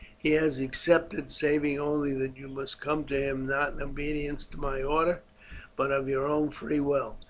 he has accepted, saving only that you must come to him not in obedience to my orders but of your own free will,